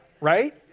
Right